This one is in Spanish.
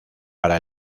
para